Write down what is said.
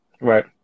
right